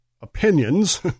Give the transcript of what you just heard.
opinions